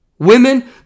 Women